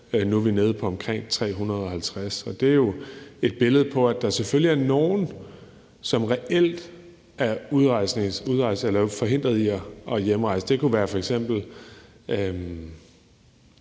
nu er vi nede på omkring 350. Det er jo et billede på, at der selvfølgelig er nogle, som reelt er forhindret i at hjemrejse – iranere kunne være et